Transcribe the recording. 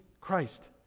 Christ